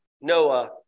Noah